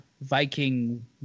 Viking